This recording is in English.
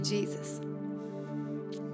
Jesus